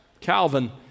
Calvin